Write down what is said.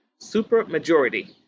supermajority